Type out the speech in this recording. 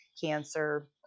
cancer